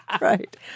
right